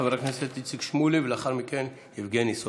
חבר הכנסת איציק שמולי, ולאחר מכן, יבגני סובה.